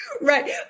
right